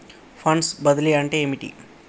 Funds బదిలీ అంటే ఏమిటి?